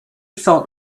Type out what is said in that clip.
thought